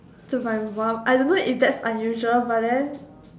to my mum I don't know if that unusual but then